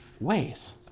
ways